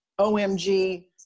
OMG